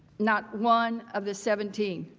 not one of the seventeen.